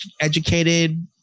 educated